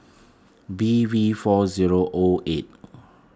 B V four zero O eight